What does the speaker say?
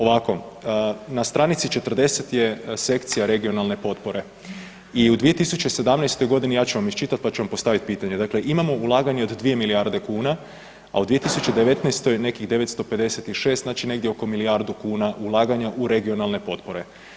Ovako, na stranici 40 je sekcija regionalne potpore i u 2017.g., ja ću vam iščitat, pa ću vam postavit pitanje, dakle imamo ulaganje od 2 milijarde kuna, a u 2019. nekih 956, znači negdje oko milijardu kuna ulaganja u regionalne potpore.